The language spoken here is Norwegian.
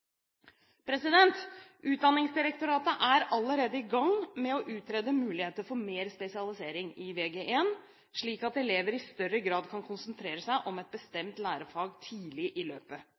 Utdanningsdirektoratet er allerede i gang med å utrede muligheter for mer spesialisering i Vg1, slik at elever i større grad kan konsentrere seg om ett bestemt lærefag tidlig i løpet.